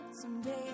someday